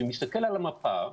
שמסתכל על המפה,